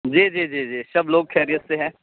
جی جی جی جی سب لوگ خیریت سے ہیں